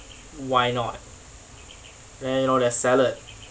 why not then you know there's salad